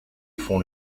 font